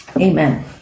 Amen